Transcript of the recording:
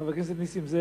חבר הכנסת נסים זאב,